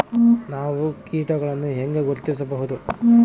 ನಾವು ಕೇಟಗಳನ್ನು ಹೆಂಗ ಗುರ್ತಿಸಬಹುದು?